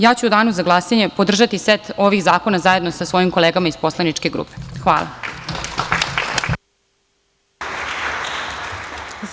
Ja ću u danu za glasanje podržati set ovih zakona, zajedno sa svojim kolegama iz poslaničke grupe SNS.